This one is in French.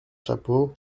chapeau